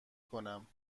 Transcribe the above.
کنم